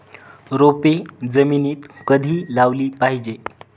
रोपे जमिनीत कधी लावली पाहिजे?